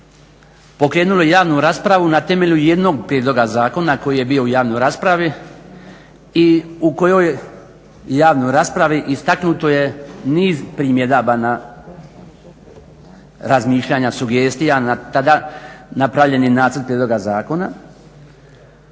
pokrenulo javnu raspravu na temelju jednog prijedloga zakona koji je bio u javnoj raspravi i u kojoj javnoj raspravi istaknuto je niz primjedbi na razmišljanja, sugestije na tada napravljeni nacrt prijedloga zakona,